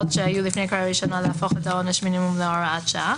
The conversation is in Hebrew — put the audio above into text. שהיו לפני הקריאה הראשונה להפוך את עונש המינימום להוראת שעה.